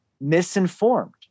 misinformed